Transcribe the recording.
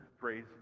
phrase